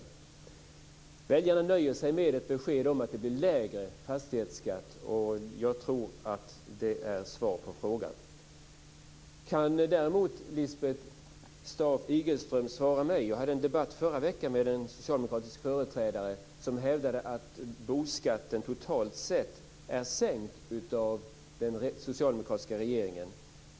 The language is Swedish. Väljarna nöjer sig med ett besked om att det blir lägre fastighetsskatt, och jag tror att det är svar på frågan. Kan däremot Lisbeth Staaf-Igelström svara mig? Jag hade en debatt förra veckan med en socialdemokratisk företrädare som hävdade att boskatten totalt sett är sänkt av den socialdemokratiska regeringen.